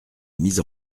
mise